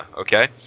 okay